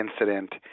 incident